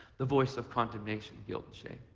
the voice of condemnation, guilt and shame.